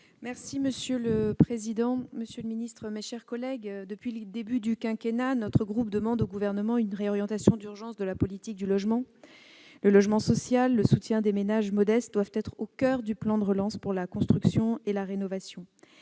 est ainsi libellé : La parole est à Mme Sophie Taillé-Polian. Depuis le début du quinquennat, mon groupe demande au Gouvernement une réorientation d'urgence de la politique du logement. Le logement social et le soutien des ménages modestes doivent être au coeur du plan de relance pour la construction et la rénovation.